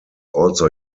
also